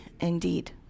indeed